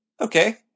okay